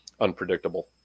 unpredictable